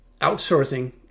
outsourcing